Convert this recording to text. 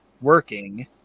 working